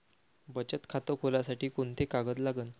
बचत खात खोलासाठी कोंते कागद लागन?